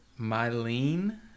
Mylene